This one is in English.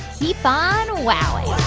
keep on wowing